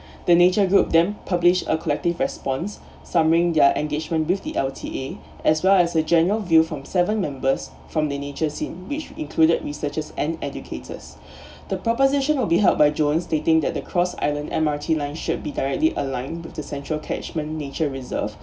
the nature group then publish a collective response summarising their engagement with the L_T_A as well as a general view from seven members from the nature scene which included researchers and educators the proposition will be held by john stating that the cross island M_R_T line should be directly aligned with the central catchment nature reserve